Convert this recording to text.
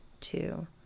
two